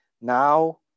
Now